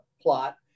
plot